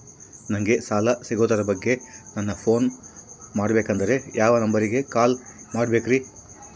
ನಂಗೆ ಸಾಲ ಸಿಗೋದರ ಬಗ್ಗೆ ನನ್ನ ಪೋನ್ ಮಾಡಬೇಕಂದರೆ ಯಾವ ನಂಬರಿಗೆ ಕಾಲ್ ಮಾಡಬೇಕ್ರಿ?